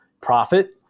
profit